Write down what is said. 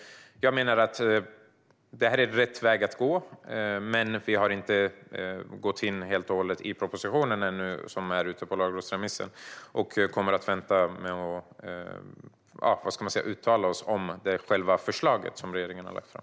Jag menar att detta är rätt väg att gå, men vi har ännu inte gått in helt och hållet i propositionen - det är en lagrådsremiss. Vi kommer att vänta med att uttala oss om det förslag som regeringen har lagt fram.